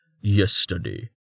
yesterday